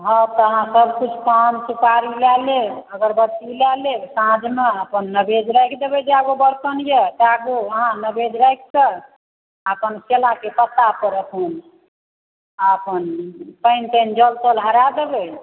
हँ तऽ अहाँ सब कुछ पान सुपारी लए लेब अगरबत्ती लए लेब साँझमे अपन नैवेद्य देबै जएगो बर्तन यऽ तै गो नैवेद्य राखिकऽ अपन केलाके पत्ता पर राखिकऽ आ अपन पानि तानि जल तल हरा देबै